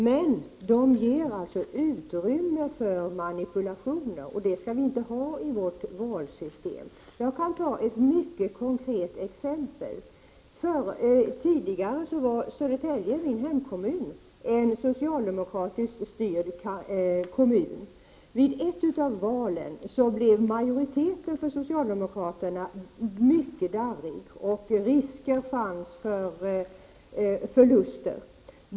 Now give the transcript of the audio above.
Men dessa regler ger alltså utrymme för manipulationer, och sådana skall inte förekomma i vårt valsystem. Låt mig nämna ett mycket konkret exempel som berör detta. Tidigare var Södertälje, en socialdemokratiskt styrd kommun, min hemkommun. Vid ett av valen blev majoriteten för socialdemokraterna mycket darrig, och det fanns risker för socialdemokratiska förluster.